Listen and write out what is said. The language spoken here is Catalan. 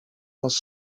dels